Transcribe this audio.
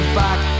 back